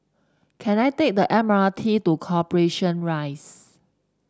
can I take the M R T to Corporation Rise